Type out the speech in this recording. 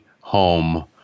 home